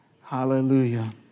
Hallelujah